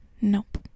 nope